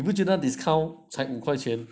你不觉得 discount 才五块钱